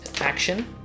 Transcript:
Action